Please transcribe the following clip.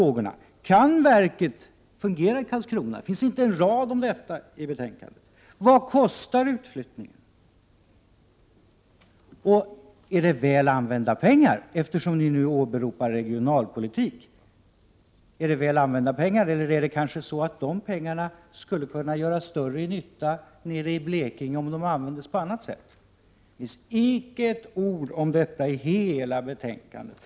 Kan verket fungera i Karlskrona? Det finns inte en rad om detta i betänkandet. Vad kostar utflyttningen? Är det väl använda pengar — ni åberopar ju regionalpolitik. Eller skulle kanske pengarna kunna göra större nytta nere i Blekinge, om de användes på ett annat sätt. Det finns icke ett ord om detta i hela betänkandet.